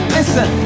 Listen